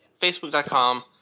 Facebook.com